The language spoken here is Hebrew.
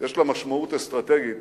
יש לה משמעות אסטרטגית